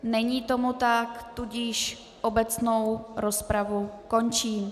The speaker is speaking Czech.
Není tomu tak, tudíž obecnou rozpravu končím.